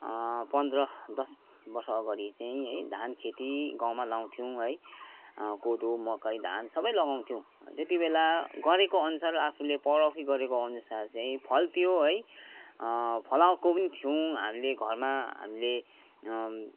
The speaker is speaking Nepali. पन्ध्र दस वर्ष अगाडि चाहिँ है धान खेती गाउँमा लाउथ्यौ है कोदो मकै धान सबै लगाउथ्यौँ त्यति बेला गरेको अनुसार आफूले पौरखी गरेको अनुसार चाहिँ फल्थ्यो है फलाएको पनि थियौँ हामीले घरमा हामीले